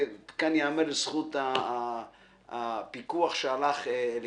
כאן ייאמר לזכות הפיקוח שהלך לקראתנו.